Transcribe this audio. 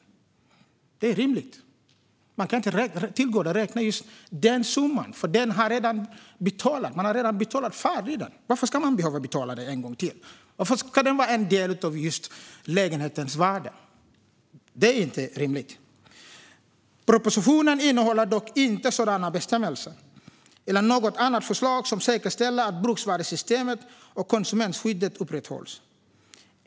Detta är rimligt. Hyresvärden kan inte tillgodoräkna sig den summan. Hyresgästen har redan betalat för tillvalet. Varför ska hyresgästen behöva betala för det en gång till? Varför ska det vara en del av lägenhetens värde? Det är inte rimligt. Propositionen innehåller dock inte någon sådan bestämmelse eller något annat förslag som säkerställer att bruksvärdessystemet och konsumentskyddet upprätthålls.